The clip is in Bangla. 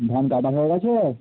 ধান কাটা হয়ে গেছে